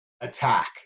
attack